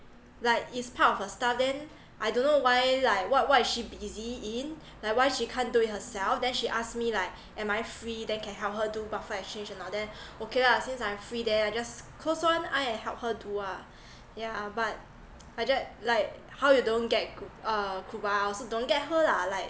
like it's part of her stuff then I don't know why like what what is she busy in like why she can't do it herself then she ask me like am I free then can help her do buffer exchange and all that okay lah since I'm free then I just close one eye and help her do ah yeah but I just like how you don't get uh kuba I also don't get her lah like